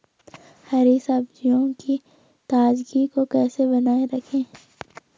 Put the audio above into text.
हरी सब्जियों की ताजगी को कैसे बनाये रखें?